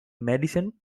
madison